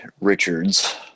Richards